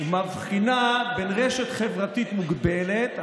ומבחינה בין רשת חברתית מוגבלת,